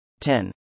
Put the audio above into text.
10